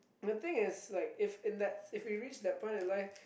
the thing is like if in that if we reach the point in life